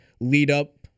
lead-up